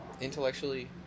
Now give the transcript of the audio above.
intellectually